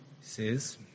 says